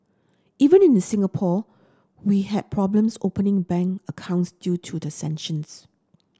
even inner Singapore we had problems opening bank accounts due to the sanctions